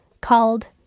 called